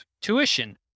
tuition